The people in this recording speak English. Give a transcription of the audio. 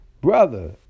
Brother